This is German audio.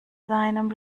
seinem